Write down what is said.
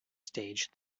stage